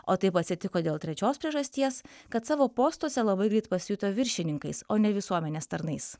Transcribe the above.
o taip atsitiko dėl trečios priežasties kad savo postuose labai greit pasijuto viršininkais o ne visuomenės tarnais